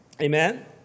Amen